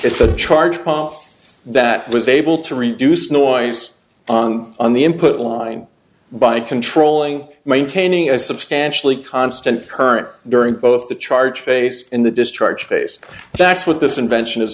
it's a charge profit that was able to reduce noise on the input line by controlling maintaining a substantially constant current during both the charge face and the discharge base that's what this invention is